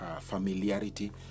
familiarity